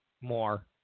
more